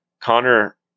Connor